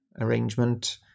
arrangement